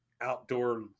outdoor